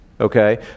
Okay